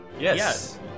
Yes